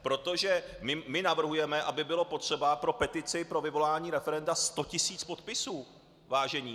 Protože my navrhujeme, aby bylo potřeba pro petici pro vyvolání referenda 100 tisíc podpisů, vážení.